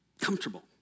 comfortable